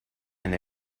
and